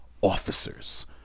officers